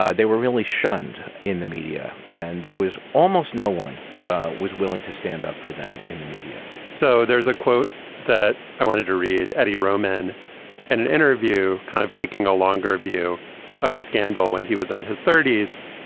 ah they were really shunned in the media. and there was almost no one was willing to stand up for them in the media media so there's a quote that i wanted to read, eddie roman in and an interview, kind of taking a longer view of the scandal when he was in his thirty s,